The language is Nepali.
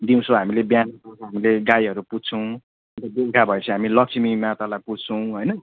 दिउँसो हामीले बिहान हामीले गाईहरू पुज्छौँ बेलुका भएपछि हामीले लक्ष्मी मातालाई पुज्छौँ होइन